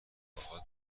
باهات